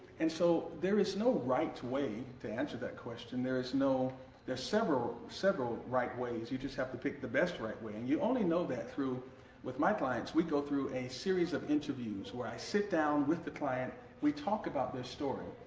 and so there is no right way to answer that question. there is no there are several several right ways, you just have to pick the best right way and you only know that through with my clients we go through a series of interviews where i sit down with the client we talk about their story,